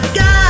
God